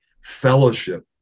fellowship